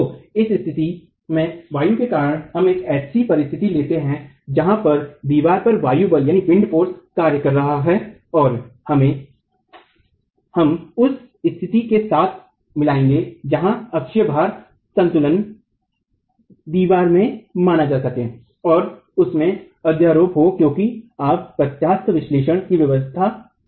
तो इस स्थिति में वायु के कारण हम एक ऐसी परिस्तिथि लेते है जहाँ पर दीवारपर वायु बल कार्य कर रहा हो और इसे हम उस स्तिथि से साथ मिलायेंगे जहाँ अक्षीय भार संतुलन दीवारमें माना जा सके और उनमे अध्यारोप हो क्योकि आप प्रत्यास्थ विश्लेषण की व्यवस्था में काम कर रहे हैं